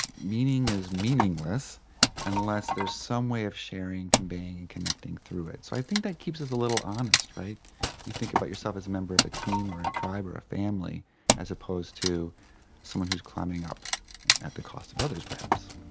meaning is meaningless unless there is some way of sharing, conveying and connecting through it. so i think that keeps us a little honest. you think about yourself as a member of a team or tribe or a family as opposed to someone who is climbing up at the cost of others perhaps.